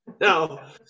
now